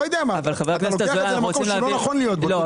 אתה לוקח את זה למקום שלא נכון להיות בו,